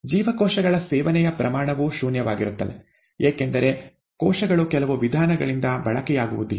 ಜೀವಕೋಶಗಳ ಸೇವನೆಯ ಪ್ರಮಾಣವೂ ಶೂನ್ಯವಾಗಿರುತ್ತದೆ ಏಕೆಂದರೆ ಕೋಶಗಳು ಕೆಲವು ವಿಧಾನಗಳಿಂದ ಬಳಕೆಯಾಗುವುದಿಲ್ಲ